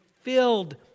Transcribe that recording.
filled